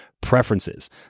preferences